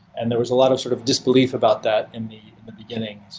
and there was a lot of sort of disbelief about that in the beginning.